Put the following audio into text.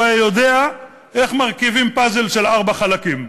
היה יודע איך מרכיבים פאזל של ארבעה חלקים.